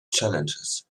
challenges